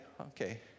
Okay